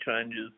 changes